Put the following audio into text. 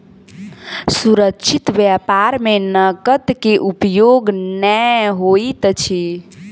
सुरक्षित व्यापार में नकद के उपयोग नै होइत अछि